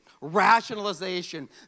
Rationalization